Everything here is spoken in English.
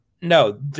no